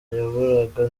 nyaburanga